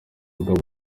bagabo